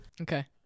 Okay